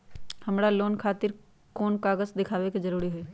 हमरा लोन खतिर कोन कागज दिखावे के जरूरी हई?